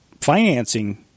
financing